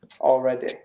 already